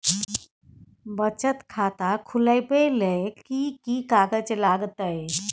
बचत खाता खुलैबै ले कि की कागज लागतै?